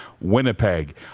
Winnipeg